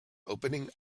opening